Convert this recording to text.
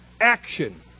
Action